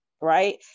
Right